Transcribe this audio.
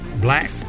black